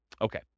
Okay